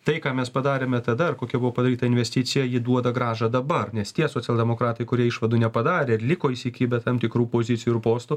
tai ką mes padarėme tada ir kokia buvo padaryta investicija ji duoda grąžą dabar nes tie socialdemokratai kurie išvadų nepadarė ir liko įsikibę tam tikrų pozicijų ir postų